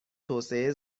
توسعه